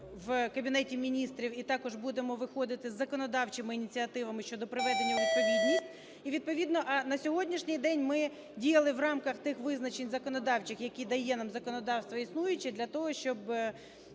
в Кабінеті Міністрів, і також будемо виходити з законодавчими ініціативними щодо приведення у відповідність. І відповідно на сьогоднішній день ми діяли в рамках тих визначень законодавчих, які дає нам законодавство існуюче, для того щоб